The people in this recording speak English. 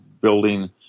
building